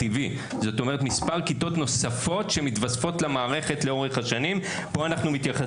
שהדרישה התקציבית תתמסמס פה ותהיה פה אנחת רווחה שאין בעיה תקציבית.